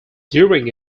during